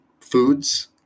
foods